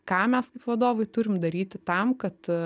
ką mes kaip vadovai turim daryti tam kad